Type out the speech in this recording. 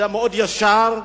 אדם ישר,